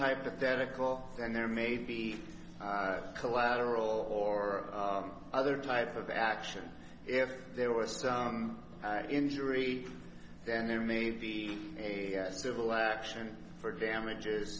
hypothetical and there may be collateral or other type of action if there was an injury then there may be a civil action for damages